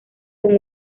con